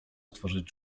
stworzyć